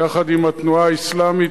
יחד עם התנועה האסלאמית,